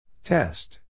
Test